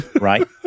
Right